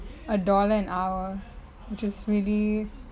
a dollar an hour which is really